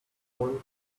want